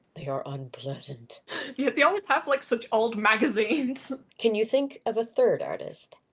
they are unpleasant yeah they always have like such old magazines. can you think of a third artist?